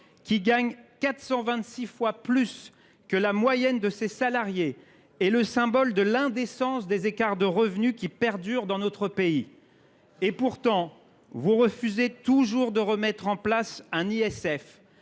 qui gagne 426 fois plus que la moyenne de ses salariés, est le symbole de l’indécence des écarts de revenus qui perdurent dans notre pays. Pourtant, vous refusez toujours de remettre en place un